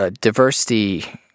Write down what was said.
diversity